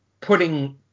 putting